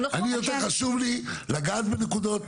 אני יותר חשוב לי לגעת בנקודות,